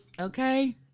okay